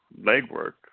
legwork